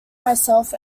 myself